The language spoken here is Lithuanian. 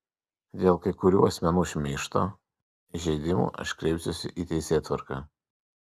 dėl kai kurių asmenų šmeižto įžeidimų aš kreipsiuosi į teisėtvarką